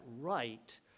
right